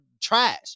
trash